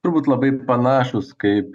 turbūt labai panašūs kaip